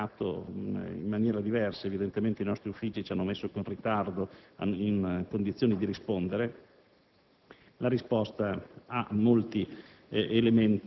questo atto ispettivo, altrimenti mi sarei premurato in maniera diversa: evidentemente i nostri uffici ci hanno messo con ritardo in condizione di rispondere.